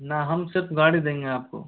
ना हम सिर्फ गाड़ी देंगे आपको